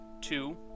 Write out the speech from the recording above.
two